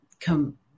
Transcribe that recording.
come